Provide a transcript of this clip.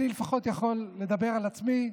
אני לפחות יכול לדבר על עצמי,